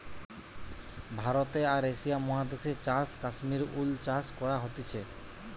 ভারতে আর এশিয়া মহাদেশে চাষ কাশ্মীর উল চাষ করা হতিছে